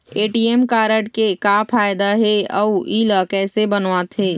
ATM card के का फायदा हे अऊ इला कैसे बनवाथे?